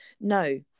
No